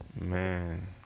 Man